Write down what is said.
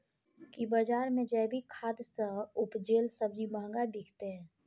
की बजार मे जैविक खाद सॅ उपजेल सब्जी महंगा बिकतै?